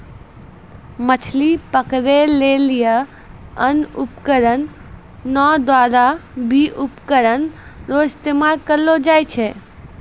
मछली पकड़ै लेली अन्य उपकरण नांव द्वारा भी उपकरण रो इस्तेमाल करलो जाय छै